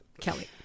Kelly